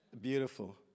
Beautiful